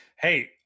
Hey